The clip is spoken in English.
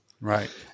Right